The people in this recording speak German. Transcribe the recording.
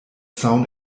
zaun